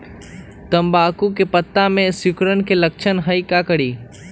तम्बाकू के पत्ता में सिकुड़न के लक्षण हई का करी?